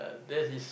that's is